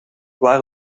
waar